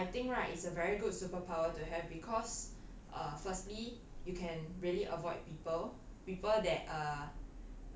then I think right is a very good superpower to have because uh firstly you can really avoid people people that err